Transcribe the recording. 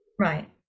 Right